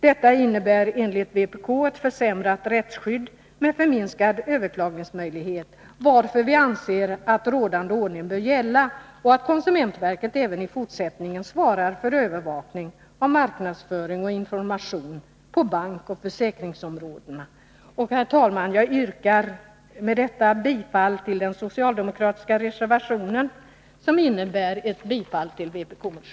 Detta innebär enligt vpk ett försämrat rättsskydd med förminskad överklagningsmöjlighet, varför vi anser att rådande ordning bör gälla och att konsumentverket även i fortsättningen svarar för övervakning av marknadsföring och information på bankoch försäkringsområdena. Herr talman! Jag yrkar med det anförda bifall till den socialdemokratiska reservationen som innebär ett bifall till vpk-motionen.